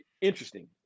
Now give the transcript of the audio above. Interesting